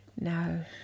No